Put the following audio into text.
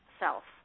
self